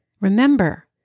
Remember